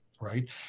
right